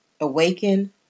Awaken